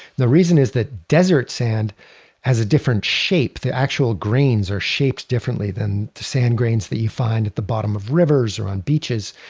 the reason is that desert sand has a different shape. the actual grains are shaped differently than the sand grains that you find at the bottom of rivers or on beaches.